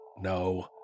No